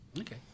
Okay